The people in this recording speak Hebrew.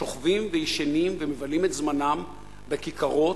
שוכבים וישנים ומבלים את זמנם בכיכרות,